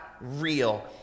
real